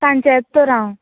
सांजचें येता तर हांव